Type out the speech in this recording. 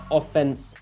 offense